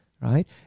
right